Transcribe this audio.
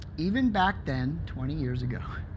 even back then, twenty years ago,